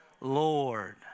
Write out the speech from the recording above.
Lord